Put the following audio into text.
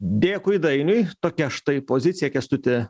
dėkui dainiui tokia štai pozicija kęstuti